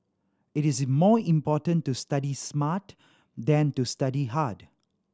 it is more important to study smart than to study hard